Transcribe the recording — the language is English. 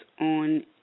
on